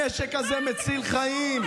הנשק הזה מציל חיים,